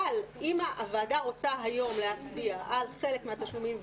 אבל אם הוועדה רוצה היום להצביע על חלק מהתשלומים,